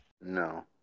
No